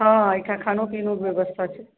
हाँ एहिठाम खानो पीने व्यवस्था छै